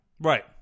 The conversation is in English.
Right